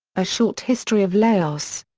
a short history of laos.